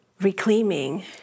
reclaiming